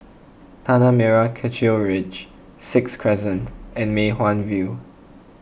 Tanah Merah Kechil Ridge Sixth Crescent and Mei Hwan View